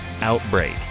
outbreak